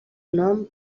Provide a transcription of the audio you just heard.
nom